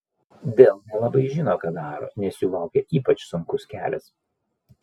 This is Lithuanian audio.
dell nelabai žino ką daro nes jų laukia ypač sunkus kelias